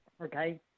okay